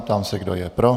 Ptám se, kdo je pro.